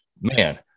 man